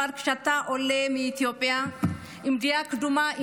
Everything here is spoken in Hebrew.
אבל כשאתה עולה מאתיופיה ויש דעה קדומה,